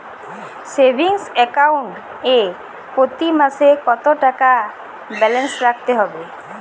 Savings account এ প্রতি মাসে কতো টাকা ব্যালান্স রাখতে হবে?